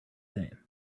same